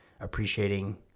appreciating